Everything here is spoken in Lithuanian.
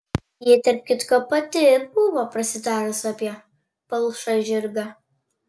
ji tarp kitko pati ir buvo prasitarusi apie palšą žirgą